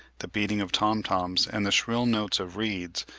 the beating of tom-toms and the shrill notes of reeds,